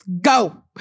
Go